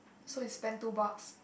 so you spend two bucks